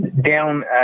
Down